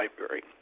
library